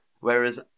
whereas